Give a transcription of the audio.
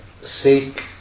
seek